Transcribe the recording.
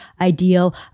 ideal